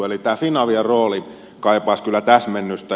eli tämä finavian rooli kaipaisi kyllä täsmennystä